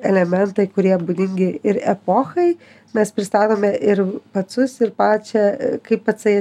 elementai kurie būdingi ir epochai mes pristatome ir pacus ir pačią kaip pacai